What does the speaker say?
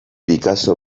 picasso